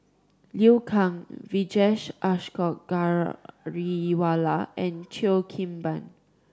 Liu Kang Vijesh Ashok Ghariwala and Cheo Kim Ban